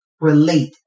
relate